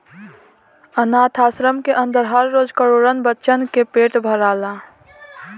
आनाथ आश्रम के अन्दर हर रोज करोड़न बच्चन के पेट भराला